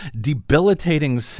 debilitating